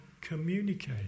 communicate